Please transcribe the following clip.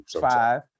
Five